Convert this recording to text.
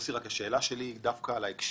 השאלה שלי היא לא אם